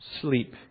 sleep